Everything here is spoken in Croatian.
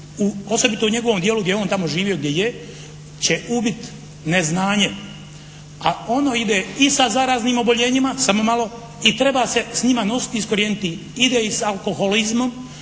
osobito u njegovom dijelu gdje je on tamo živio gdje je, će ubit neznanjem, a ono ide i sa zaraznim oboljenjima, samo malo, i treba se s njima nositi i iskorijeniti, ide i sa alkoholizmom